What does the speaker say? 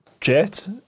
Jet